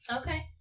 Okay